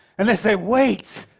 and they say, wait,